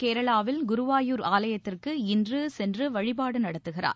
கேரளாவில் குருவாயூர் ஆலயத்திற்கு இன்று சென்று வழிபாடு நடத்துகிறார்